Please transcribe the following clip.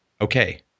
okay